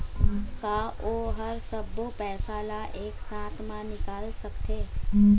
का ओ हर सब्बो पैसा ला एक साथ म निकल सकथे?